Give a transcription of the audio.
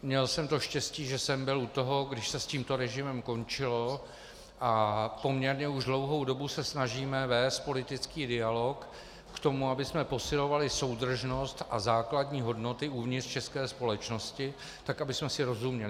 Měl jsem to štěstí, že jsem byl u toho, když se s tímto režimem končilo, a poměrně už dlouhou dobu se snažíme vést politický dialog k tomu, abychom posilovali soudržnost a základní hodnoty uvnitř české společnosti tak, abychom si rozuměli.